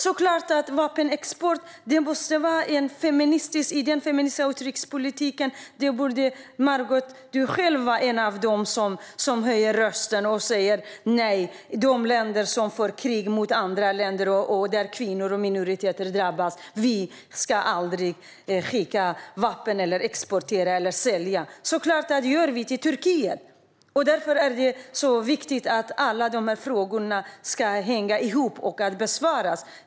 Med tanke på den feministiska utrikespolitiken borde du, Margot, själv vara en av dem som höjer rösten och säger: Nej, vi ska aldrig exportera vapen till länder som för krig mot andra länder och där kvinnor och minoriteter drabbas! Ändå exporterar vi vapen till Turkiet. Därför är det så viktigt att alla de här frågorna hänger ihop och ska besvaras.